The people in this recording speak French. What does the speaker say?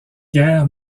guerre